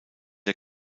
der